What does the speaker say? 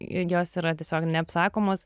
jos yra tiesiog neapsakomos